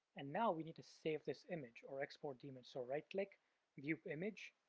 and now we need to save this image or export the image. so right click view image,